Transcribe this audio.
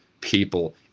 people